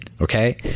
okay